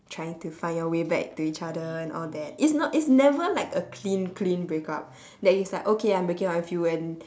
trying to find your way back to each other and all that it's not it's never like a clean clean breakup that it's like okay I'm breaking up with you and